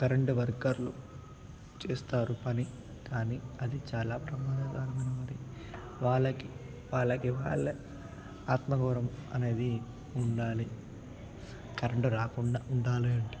current వర్కర్లు చేస్తారు పని కానీ అది చాలా ప్రమాదకరమైనది వాళ్ళకి వాళ్ళకి వాళ్ళ ఆత్మగౌరవం అనేది ఉండాలి కరెంటు రాకుండా ఉండాలి అని అంటే